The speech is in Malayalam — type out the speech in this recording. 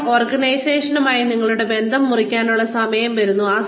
ഇപ്പോൾ ഓർഗനൈസേഷനുമായുള്ള നിങ്ങളുടെ ബന്ധം മുറിക്കാനുള്ള സമയം വരുന്നു